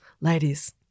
ladies